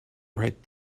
right